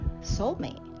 soulmate